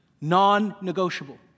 Non-negotiable